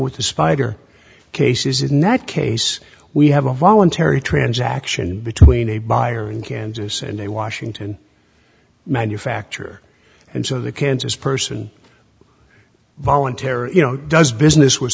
with the spider cases in that case we have a voluntary transaction between a buyer in kansas and a washington manufacture and so the kansas person voluntary you know does business with